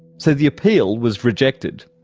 so the appeal was rejected.